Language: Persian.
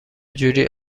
جوری